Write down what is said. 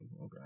okay